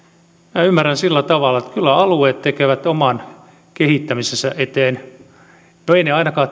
minä ymmärrän sillä tavalla että eivät alueet tee oman kehittämisensä eteen ainakaan